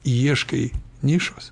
ieškai nišos